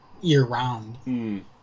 year-round